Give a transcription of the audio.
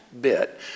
bit